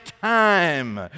time